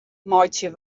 meitsje